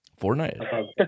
Fortnite